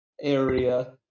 area